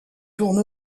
tourne